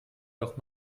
doch